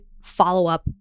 follow-up